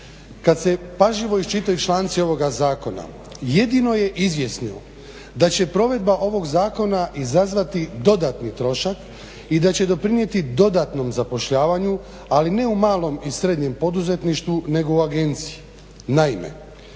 kad se pažljivo iščitaju članci ovoga zakona jedino je izvjesno da će provedba ovog zakona izazvati dodatni trošak i da će doprinijeti dodatnom zapošljavanju ali ne u malom i srednjem poduzetništvu nego u agenciji.